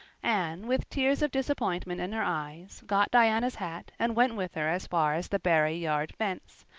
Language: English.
anne, with tears of disappointment in her eyes, got diana's hat and went with her as far as the barry yard fence.